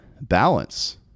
balance